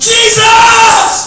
Jesus